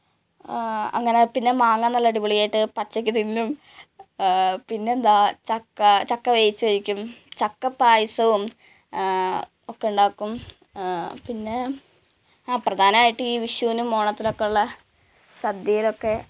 അങ്ങനെ പിന്നെ മാങ്ങാ നല്ല അടിപൊളിയായിട്ട് പച്ചയ്ക്ക് തിന്നും പിന്നെന്താണ് ചക്ക ചക്ക വേവിച്ച് കഴിക്കും ചക്ക പായസവും ഒക്കെ ഉണ്ടാക്കും പിന്നെ അ പ്രധാനമായിട്ടും ഈ വിഷുവിനും ഓണത്തിനുമൊക്കെ ഉള്ള സദ്യയിലൊക്കെ